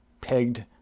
pegged